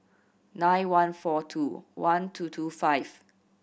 nine one four two one two two five